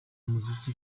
muziki